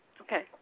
Okay